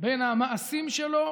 בין המעשים שלו